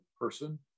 person